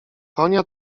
konia